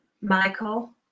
Michael